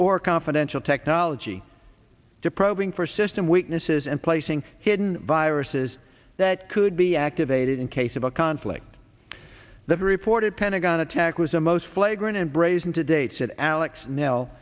or confidential technology to probing for system weaknesses and placing hidden viruses that could be activated in case of a conflict the reported pentagon attack was a most flagrant and brave to date said alex nel